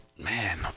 Man